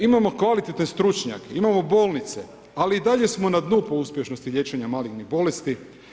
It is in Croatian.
Imamo kvalitetne stručnjake, imamo bolnice, ali i dalje smo po dnu po uspješnosti liječenja malignih bolesti.